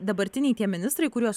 dabartiniai tie ministrai kuriuos